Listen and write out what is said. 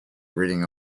reading